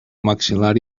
maxil·lar